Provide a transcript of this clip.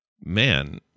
man